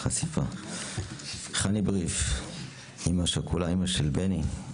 נמצאת פה חני בריף, אימא של בני, אימא שכולה.